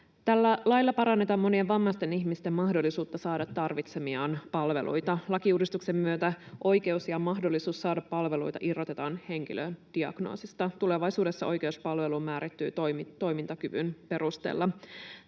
Tällä lailla parannetaan monien vammaisten ihmisten mahdollisuutta saada tarvitsemiaan palveluita. Lakiuudistuksen myötä oikeus ja mahdollisuus saada palveluita irrotetaan henkilön diagnoosista. Tulevaisuudessa oikeus palveluun määrittyy toimintakyvyn perusteella.